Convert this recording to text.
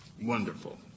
wonderful